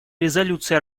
резолюции